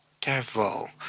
devil